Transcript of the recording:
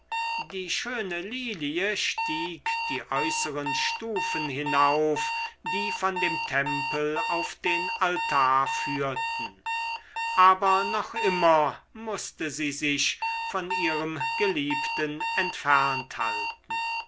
die schöne lilie stieg die äußeren stufen hinauf die von dem tempel auf den altar führten aber noch immer mußte sie sich von ihrem geliebten entfernt halten